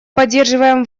поддерживаем